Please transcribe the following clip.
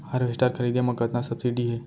Harvester खरीदे म कतना सब्सिडी हे?